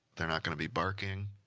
they're not going to be barking.